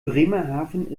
bremerhaven